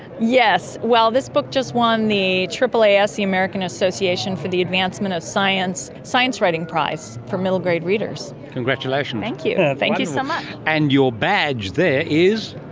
yes. well, this book just won the aaas, the american association for the advancement of science, science writing prize for middle grade readers. congratulations, wonderful! you know thank you so much. and your badge there is?